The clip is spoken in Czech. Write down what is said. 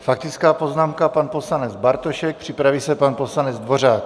Faktická poznámka pan poslanec Bartošek, připraví se pan poslanec Dvořák.